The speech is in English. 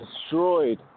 destroyed